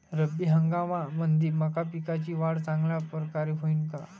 रब्बी हंगामामंदी मका पिकाची वाढ चांगल्या परकारे होईन का?